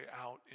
out